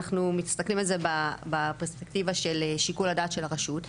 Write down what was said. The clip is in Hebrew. אנחנו מסתכלים על זה בפרספקטיבה של שיקול הדעת של הרשות.